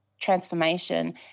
transformation